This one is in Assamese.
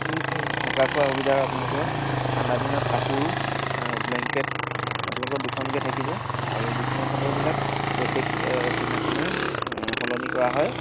থকা খোৱাৰ সুবিধা আপোনালোকৰ ঠাণ্ডা দিনত কাপোৰ ব্লেংকেট আপোনালোকৰ দুখনকৈ থাকিব আৰু বিচনা চাদৰবিলাক প্ৰত্যেক দিনাখনেই সলনি কৰা হয়